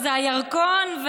אז הירקון,